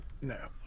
No